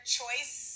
choice